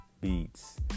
Beats